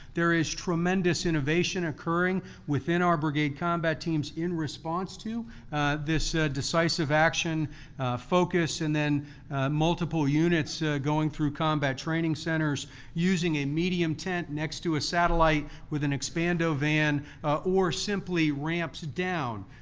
there is tremendous innovation occurring within our brigade combat teams in response to this decisive action focus. and then multiple units going through combat training centers using a medium tent next to a satellite with an expandovan or simply ramps down.